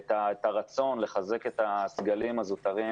את הרצון לחזק את הסגלים הזוטרים